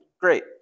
Great